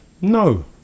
No